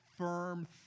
firm